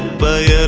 buy a